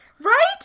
Right